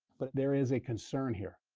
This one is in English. but there is a concern here.